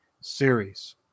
series